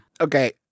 Okay